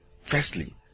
Firstly